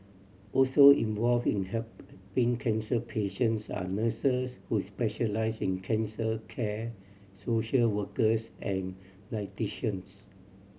also involved in help helping cancer patients are nurses who specialise in cancer care social workers and dietitians